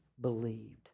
believed